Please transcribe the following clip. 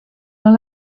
dans